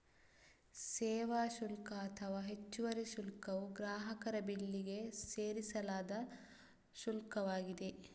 ಸೇವಾ ಶುಲ್ಕ ಅಥವಾ ಹೆಚ್ಚುವರಿ ಶುಲ್ಕವು ಗ್ರಾಹಕರ ಬಿಲ್ಲಿಗೆ ಸೇರಿಸಲಾದ ಶುಲ್ಕವಾಗಿದೆ